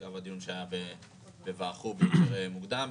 אגב הדיון בוועדת חוץ וביטחון מקודם יותר.